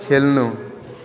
खेल्नु